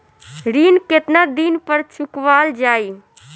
ऋण केतना दिन पर चुकवाल जाइ?